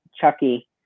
Chucky